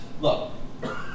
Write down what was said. look